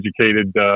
educated